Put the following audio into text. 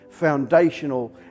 foundational